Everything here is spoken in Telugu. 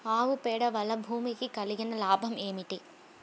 ఆవు పేడ వలన భూమికి కలిగిన లాభం ఏమిటి?